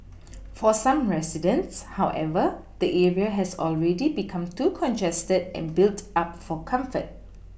for some residents however the area has already become too congested and built up for comfort